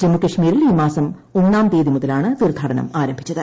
ജമ്മുകൾമീരിൽ ഈ മാസം ഒന്നാം തീയതി മുതലാണ് തീർത്ഥാടനം ആരംഭിച്ചത്